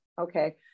Okay